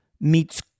meets